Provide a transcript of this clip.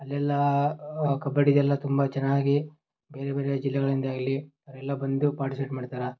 ಅಲ್ಲೆಲ್ಲ ಕಬಡ್ಡಿದೆಲ್ಲ ತುಂಬ ಚೆನ್ನಾಗಿ ಬೇರೆ ಬೇರೆ ಜಿಲ್ಲೆಗಳಿಂದ ಇಲ್ಲಿ ಅವರೆಲ್ಲ ಬಂದು ಪಾರ್ಟಿಸಿಪೇಟ್ ಮಾಡ್ತಾರೆ